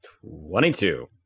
Twenty-two